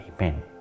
Amen